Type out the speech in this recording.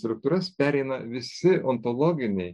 struktūras pereina visi ontologiniai